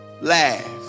Laugh